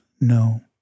No